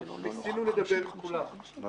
ניסינו לדבר עם כולם.